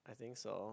I think so